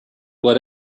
what